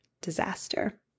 Disaster